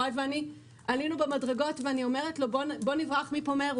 יוראי ואני עלינו במדרגות ואני אומרת לו: בוא נברח מפה מהר,